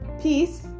peace